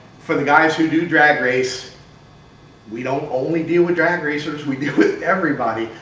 for the guys who do drag race we don't only deal with drag racers, we deal with everybody.